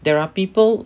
there are people